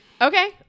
okay